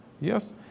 yes